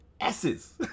S's